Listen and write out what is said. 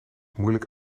moeilijk